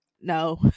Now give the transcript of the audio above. no